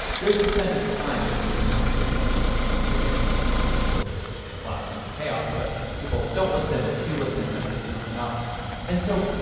there's dissent at the time that if you do this in our system, you know the way our system works, maybe it'll just collapse into chaos, but people don't listen or they do listen, but it's not enough and so,